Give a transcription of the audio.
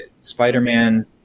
Spider-Man